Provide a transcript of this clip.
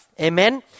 Amen